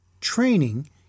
Training